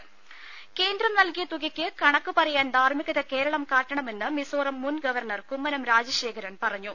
ദേശ കേന്ദ്രം നൽകിയ തുകയുടെ കണക്ക് പറയാൻ ധാർമ്മികത കേരളം കാട്ടണമെന്ന് മിസോറം മുൻ ഗവർണർ കുമ്മനം രാജശേഖരൻ പറഞ്ഞു